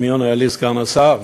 מי עונה לי, סגן השר?